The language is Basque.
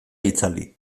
itzali